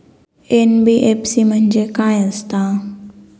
NBFC म्हणजे खाय आसत?